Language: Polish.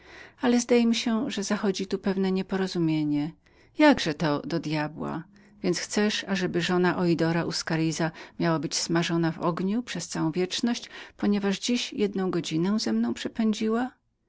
ale zdaje mi się że zachodzi tu pewne nieporozumienie jakże naprzykład chcesz ażeby żona ojdora uscaritza miała być smażoną w ogniu przez całą wieczność za to że dziś jedną godzinę ze mną przepędziła